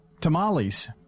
tamales